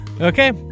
Okay